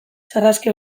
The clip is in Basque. sarraski